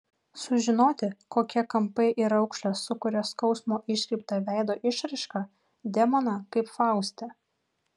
sužinoti kokie kampai ir raukšlės sukuria skausmo iškreiptą veido išraišką demoną kaip fauste